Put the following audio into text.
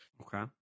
Okay